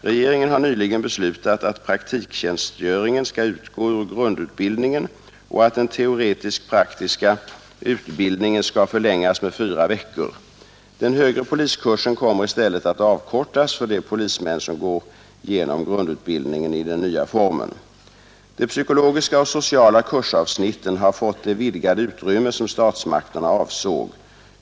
Regeringen har nyligen beslutat, att praktiktjänstgöringen skall utgå ur grundutbildningen och att den teoretisk-praktiska utbildningen skall förlängas med fyra veckor. Den högre poliskursen kommer i stället att avkortas för de polismän som går genom grundutbildningen i den nya formen. De psykologiska och sociala kursavsnitten har fått det vidgade utrymme som statsmakterna avsåg.